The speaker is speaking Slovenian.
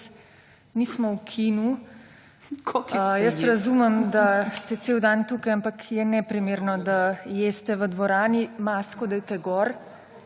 nismo v kinu, jaz razumem, da ste cel dan tukaj, ampak je neprimerno, da jeste v dvorani. Masko dajte gor,